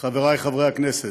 חברי חברי הכנסת,